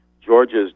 Georgia's